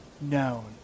known